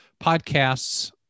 podcasts